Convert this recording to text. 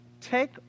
take